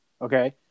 Okay